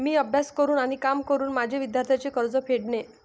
मी अभ्यास करून आणि काम करून माझे विद्यार्थ्यांचे कर्ज फेडेन